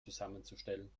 zusammenzustellen